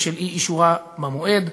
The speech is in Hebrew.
בשל אי-אישורה במועד.